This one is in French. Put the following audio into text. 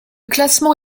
classement